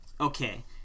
Okay